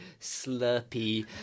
slurpy